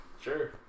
Sure